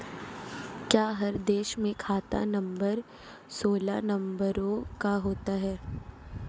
क्या हर देश में खाता नंबर सोलह नंबरों का होता है?